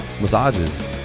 Massages